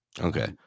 Okay